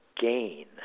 gain